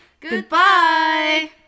Goodbye